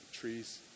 Trees